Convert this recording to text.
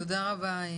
תודה רבה.